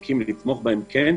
המעסיקים וכן לתמוך בהם,